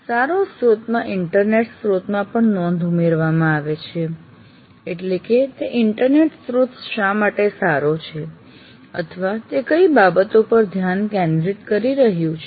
સારો સ્રોતમાં ઈન્ટરનેટ સ્ત્રોતમાં પણ નોંધ ઉમેરવામાં આવે છે એટલે કે તે ઇન્ટરનેટ સ્રોત શા માટે સારો છે અથવા તે કયી બાબતો પર ધ્યાન કેન્દ્રિત કરી રહ્યું છે